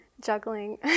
juggling